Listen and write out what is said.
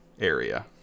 area